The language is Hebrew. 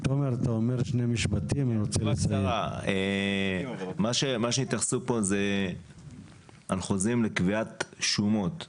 מה שהתייחסו פה זה על חוזים לקביעת שומות,